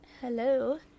hello